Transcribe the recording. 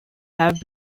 have